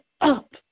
up